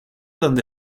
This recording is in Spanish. donde